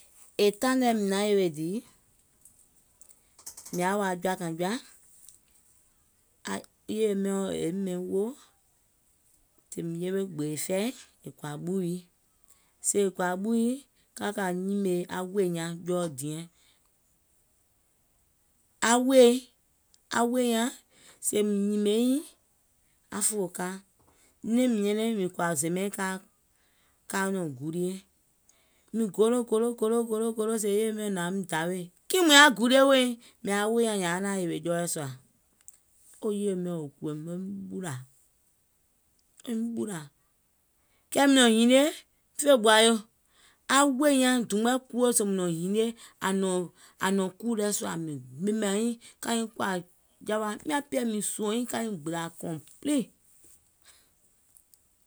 E taìŋ nɛ maŋ yèwè dìì mìŋ yaà wa jɔ̀ȧkàiŋ jɔa, yèye miɔ̀ŋ yeim ɓɛ̀iŋ woò, sèèìm yewe gbèè fɛi è kɔ̀à ɓùi, sèè è kɔ̀à ɓùi, ka kà nyìmìè wòì nyaŋ jɔɔ diɛŋ, aŋ wòì, aŋ wòì nyaŋ sèè mìŋ nyìmè nyiŋ, aŋ fòo ka, nɛ̀ɛŋ nyɛnɛŋ mìŋ kɔ̀à zimɛɛìŋ ka nɔ̀ŋ gulie. Mìŋ golo golo golo golo, sèè yèye miɔ̀ŋ hnàŋ weim dawè, kiìŋ mùŋ yaà gulie weèiŋ? Mìàŋ wòì nyaŋ nyààŋ naȧŋ yèwè jɔɔɛ sùà. Wo yèye miɔ̀ŋ kùìm woim ɓùlà, woim ɓùlà. Kɛɛìm nɔ̀ŋ hinie, fè gbòà yòo, aŋ wòì nyaŋ dùùm mɔɛ kuwo mùŋ nɔ̀ŋ hinie àŋ nɔ̀ŋ kùù lɛ sùà, mìàŋ pɛɛ mìŋ sùɔ̀ŋ nyiŋ, ka nyiŋ gbìlà complete.